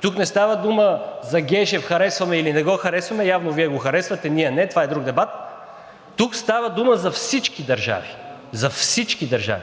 Тук не става дума за Гешев – харесваме или не го харесваме, явно Вие го харесвате, ние не, това е друг дебат, тук става дума за всички държави. Всички държави!